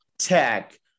Tech